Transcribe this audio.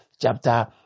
chapter